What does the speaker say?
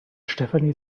stefanie